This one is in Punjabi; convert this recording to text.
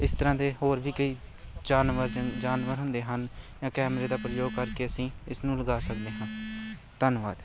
ਇਸ ਤਰ੍ਹਾਂ ਦੇ ਹੋਰ ਵੀ ਕਈ ਜਾਨਵਰ ਜਾਨਵਰ ਹੁੰਦੇ ਹਨ ਜਾਂ ਕੈਮਰੇ ਦਾ ਪ੍ਰਯੋਗ ਕਰਕੇ ਅਸੀਂ ਇਸ ਨੂੰ ਲਗਾ ਸਕਦੇ ਹਾਂ ਧੰਨਵਾਦ